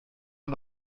man